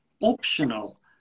optional